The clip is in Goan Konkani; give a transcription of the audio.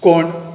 कोण